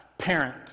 parent